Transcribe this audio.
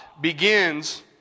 begins